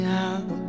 out